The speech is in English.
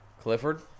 Clifford